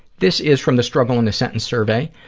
this is from the struggle in a sentence survey,